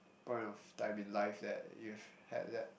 point of time in life that you've had that